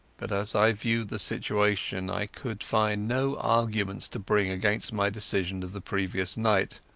but as i reviewed the situation i could find no arguments to bring against my decision of the previous night,